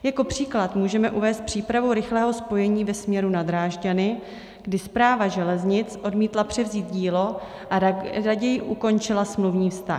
Jako příklad můžeme uvést přípravu rychlého spojení ve směru na Drážďany, kdy Správa železnic odmítla převzít dílo a raději ukončila smluvní vztah.